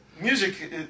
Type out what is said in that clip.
music